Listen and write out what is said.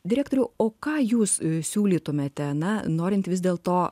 direktoriau o ką jūs siūlytumėte na norint vis dėl to